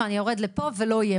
אני יורד לפה ולא יהיה.